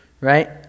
right